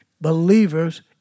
believers